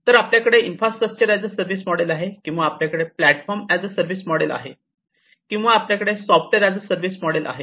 तर आपल्याकडे infrastructure as a service model आहे किंवा आपल्याकडे platform as a service model आहे किंवा आपल्याकडे software as a service model आहे